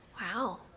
Wow